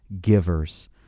givers